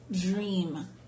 dream